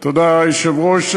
תודה, היושב-ראש.